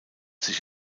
sich